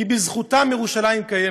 כי בזכותם ירושלים קיימת.